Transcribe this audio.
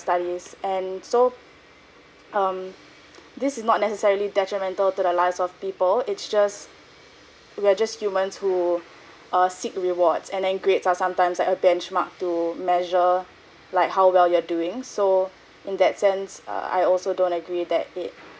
studies and so um this is not necessarily detrimental to the lives of people it's just we are just humans who uh seek rewards and then grades are sometimes like a benchmark to measure like how well you are doing so in that sense err I also don't agree that it